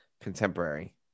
Contemporary